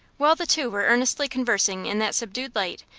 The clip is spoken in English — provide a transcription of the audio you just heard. while the two were earnestly conversing in that subdued light,